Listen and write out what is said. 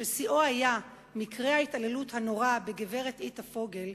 ששיאו היה מקרה ההתעללות הנורא בגברת איטה פוגל,